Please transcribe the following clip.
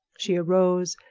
she arose,